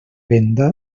venda